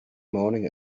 morning